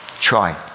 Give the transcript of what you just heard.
try